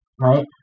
right